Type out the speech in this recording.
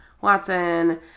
Watson